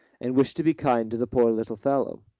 and wished to be kind to the poor little fellow.